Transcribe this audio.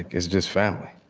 it's just family